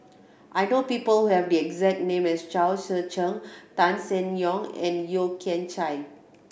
I know people who have the exact name as Chao Tzee Cheng Tan Seng Yong and Yeo Kian Chye